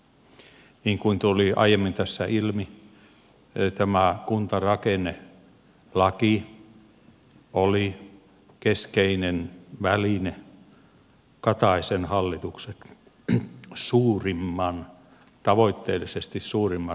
niin kuin tuli aiemmin tässä ilmi tämä kuntarakennelaki oli keskeinen väline kataisen hallituksen suurimman tavoitteellisesti suurimman rakenneuudistuksen osalta